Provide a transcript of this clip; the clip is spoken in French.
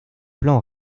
plan